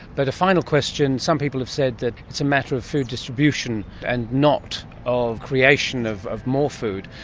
but a final question. some people have said that it's a matter of food distribution and not of creation of of more food,